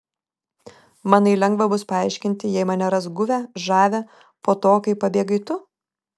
manai lengva bus paaiškinti jei mane ras guvią žavią po to kai pabėgai tu